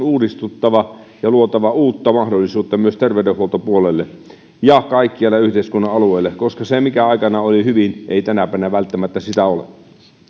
uudistuttava ja luotava uutta mahdollisuutta myös terveydenhuoltopuolelle ja kaikkialle yhteiskunnan alueelle sillä se mikä aikanaan oli hyvin ei tänä päivänä välttämättä sitä ole